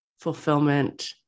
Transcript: fulfillment